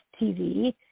TV